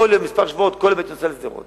הייתי נוסע לשדרות